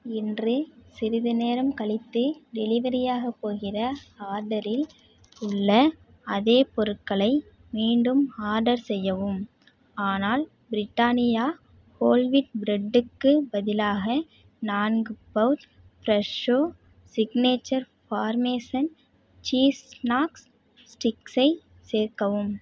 இன்று சிறிது நேரம் கழித்து டெலிவரியாகப் போகிற ஆர்டரில் உள்ள அதே பொருட்களை மீண்டும் ஆர்டர் செய்யவும் ஆனால் ப்ரிட்டானியா ஹோல் வீட் ப்ரெட்டுக்கு பதிலாக நான்கு pouch Fresho signature formation cheese snacks ஸ்டிக்ஸை சேர்க்கவும்